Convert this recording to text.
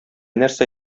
нәрсә